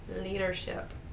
leadership